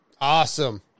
Awesome